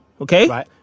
Okay